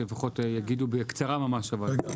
אז שלפחות יגידו בקצרה ממש אבל.